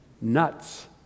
nuts